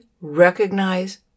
recognize